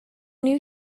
new